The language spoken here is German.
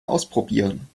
ausprobieren